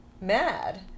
mad